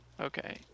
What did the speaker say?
Okay